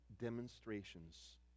demonstrations